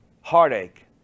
heartache